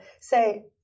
say